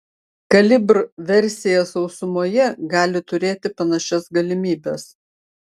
kalibr versija sausumoje gali turėti panašias galimybes